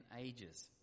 ages